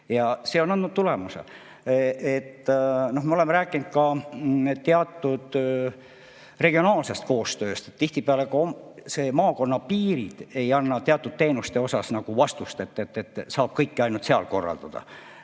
Ja see on andnud tulemuse.Me oleme rääkinud ka teatud regionaalsest koostööst. Tihtipeale maakonna piirid ei anna teatud teenuste kohta vastust, et saab kõike ainult seal korraldada.